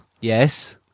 Yes